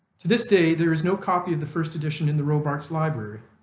to this day there is no copy of the first edition in the robarts library,